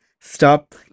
stop